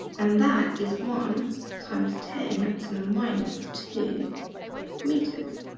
and that is one times ten to the minus two meters.